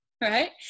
right